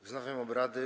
Wznawiam obrady.